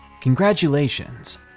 congratulations